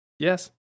Yes